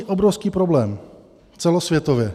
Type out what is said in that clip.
Obrovský problém celosvětově.